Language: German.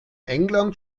england